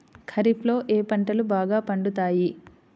ఖరీఫ్లో ఏ పంటలు బాగా పండుతాయి?